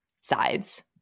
sides